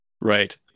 Right